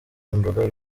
imboga